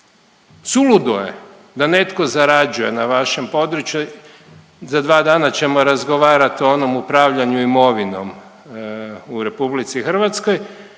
suludo je da netko zarađuje na vašem području, za 2 dana ćemo razgovarati o onom upravljanju imovinom u RH, gdje